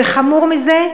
וחמור מזה,